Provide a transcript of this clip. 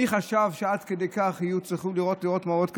מי חשב שעד כדי כך יהיו צריכים לראות מראות כאלה?